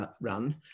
run